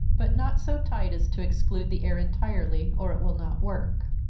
but not so tight as to exclude the air entirely, or it will not work.